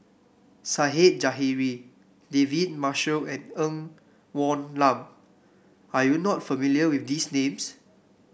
Zahari David Marshall and Ng Woon Lam Are you not familiar with these names